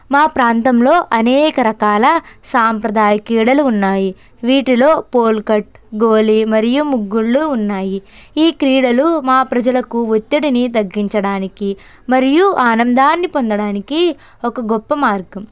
మా ప్రాంతంలో అనేకరకాల సాంప్రదాయ క్రీడలు ఉన్నాయి వీటిలో పోలికట్ గోలీ మరియు ముగ్గుళ్ళు ఉన్నాయి ఈ క్రీడలు మా ప్రజలకు ఒత్తిడిని తగ్గించడానికి మరియు ఆనందాన్ని పొందడానికి ఒక గొప్ప మార్గం